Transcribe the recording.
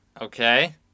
Okay